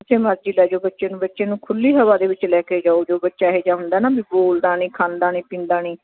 ਜਿੱਥੇ ਮਰਜ਼ੀ ਲੈ ਜਾਓ ਬੱਚੇ ਨੂੰ ਬੱਚੇ ਨੂੰ ਖੁੱਲ੍ਹੀ ਹਵਾ ਦੇ ਵਿੱਚ ਲੈ ਕੇ ਜਾਓ ਜੋ ਬੱਚਾ ਇਹ ਜਿਹਾ ਹੁੰਦਾ ਨਾ ਬੋਲਦਾ ਨਹੀਂ ਕੁਛ ਖਾਂਦਾ ਨਹੀਂ ਪੀਂਦਾ ਨਹੀਂ